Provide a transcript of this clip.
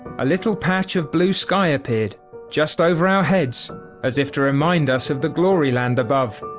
a little patch of blue sky appeared just over our heads as if to remind us of the glory land above.